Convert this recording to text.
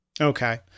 Okay